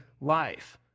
life